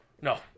No